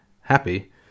happy